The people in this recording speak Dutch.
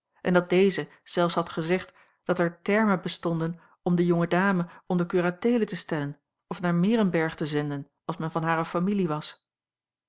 en dat deze zelfs had gezegd dat er termen bestonden om de jonge dame onder curateele te stellen of naar meerenberg te zenden als men van hare familie was